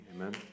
amen